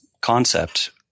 concept